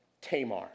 Tamar